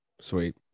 Sweet